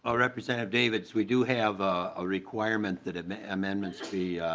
ah representative davids we do have a requirement that and amendments be